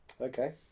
Okay